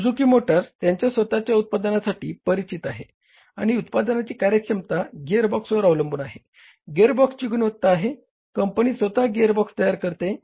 Suzuki motor त्यांच्या स्वत च्या उत्पादनासाठी परिचित आहे आणि उत्पादनाची कार्यक्षमता गीअर बॉक्सवर अवलंबून आहे गिअरबॉक्सची गुणवत्ता आहे कंपनी स्वतः गिअरबॉक्स तयार करते